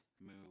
move